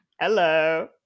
Hello